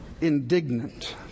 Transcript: indignant